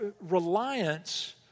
reliance